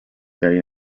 day